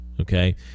okay